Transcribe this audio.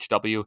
HW